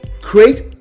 Create